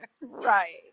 Right